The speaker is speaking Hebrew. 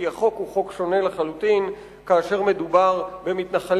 כי החוק הוא חוק שונה לחלוטין כאשר מדובר במתנחלים.